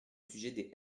sujet